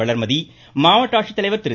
வளர்மதி மாவட்ட ஆட்சித்தலைவர் திரு